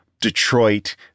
Detroit